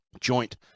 Joint